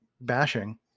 bashing